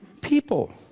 people